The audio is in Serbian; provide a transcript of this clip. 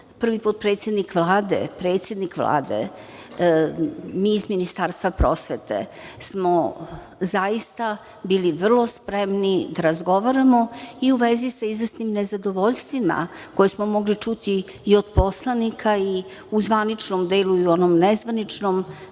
prvi potpredsednik Vlade, predsednik Vlade, mi iz Ministarstva prosvete smo zaista bili vrlo spremni da razgovaramo i u vezi sa izvesnim nezadovoljstvima koje smo mogli čuti i od poslanika i u zvaničnom delu i u onom nezvaničnom,